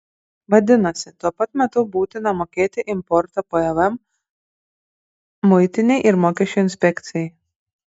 vadinasi tuo pat metu būtina mokėti importo pvm muitinei ir mokesčių inspekcijai